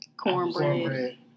Cornbread